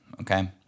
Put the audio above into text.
Okay